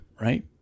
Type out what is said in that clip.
right